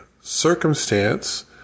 circumstance